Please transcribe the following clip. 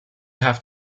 have